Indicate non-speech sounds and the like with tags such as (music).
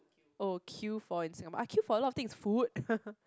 oh kill for in Singapore I kill for a lot of things food (laughs)